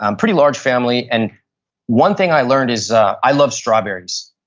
um pretty large family and one thing i learned is i loved strawberries.